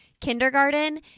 kindergarten